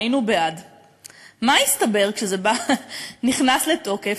מה הסתבר כשזה נכנס לתוקף?